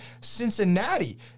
Cincinnati